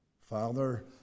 Father